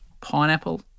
pineapple